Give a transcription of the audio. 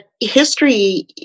history